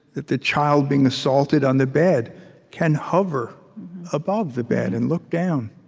that the child being assaulted on the bed can hover above the bed and look down.